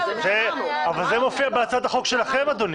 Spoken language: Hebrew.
אבל זה מופיע בהצעת החוק שלכם, אדוני.